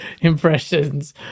impressions